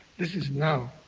this is now.